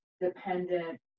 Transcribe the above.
dependent